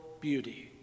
beauty